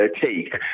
take